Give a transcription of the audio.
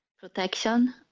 protection